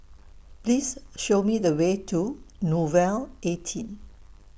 Please Show Me The Way to Nouvel eighteen